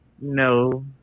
no